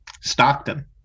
Stockton